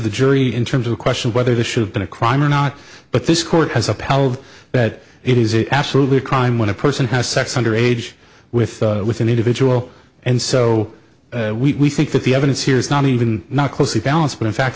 the jury in terms of the question whether this should have been a crime or not but this court has upheld that it is absolutely a crime when a person has sex under age with with an individual and so we think that the evidence here is not even not closely balanced but in fact